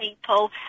people